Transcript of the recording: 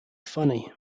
funny